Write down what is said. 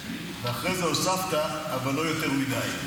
ואחר כך הוספת: אבל לא יותר מדי.